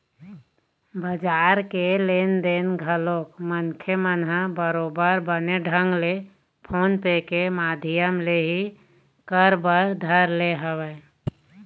बजार के लेन देन घलोक मनखे मन ह बरोबर बने ढंग ले फोन पे के माधियम ले ही कर बर धर ले हवय